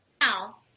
now